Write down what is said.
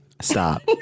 Stop